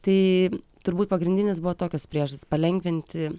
tai turbūt pagrindinės buvo tokios priežastys palengvinti